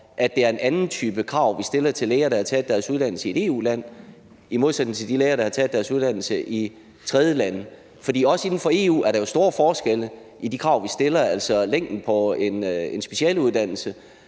at det er en anden type krav, vi stiller til læger, der har taget deres uddannelse i et EU-land, end til de læger, der har taget deres uddannelse i tredjelande. For også inden for EU er der jo store forskelle i de krav, vi stiller, f.eks. længden på en specialeuddannelse.